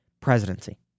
presidency